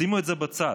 שימו את זה בצד.